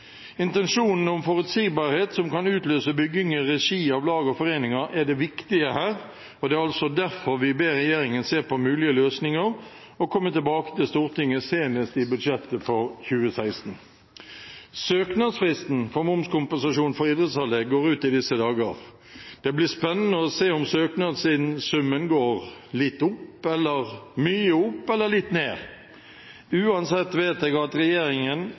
Intensjonen om forutsigbarhet som kan utløse bygging i regi av lag og foreninger, er det viktige her, og det er derfor vi ber regjeringen se på mulige løsninger og komme tilbake til Stortinget senest i budsjettet for 2016. Søknadsfristen for momskompensasjon for idrettsanlegg går ut i disse dager. Det blir spennende å se om søknadssummen går ned litt opp eller mye opp, eller litt ned. Uansett vet jeg at regjeringen,